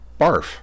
barf